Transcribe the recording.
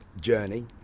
journey